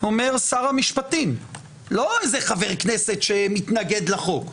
אומר שר המשפטים, לא איזה חבר כנסת שמתנגד לחוק.